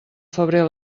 febrer